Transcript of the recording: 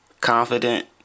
Confident